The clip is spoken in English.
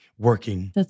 working